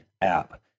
app